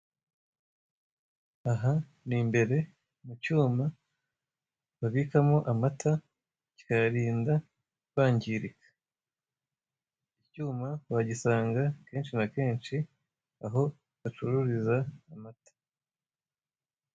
Aha ni imbere mucyuma babikamo amata kikayarinda kwangirika. Icyuma wagisanga kenshi na kenshi aho bacururiza amata.